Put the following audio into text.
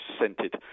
scented